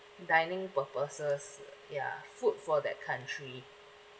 dining purposes ya food for that country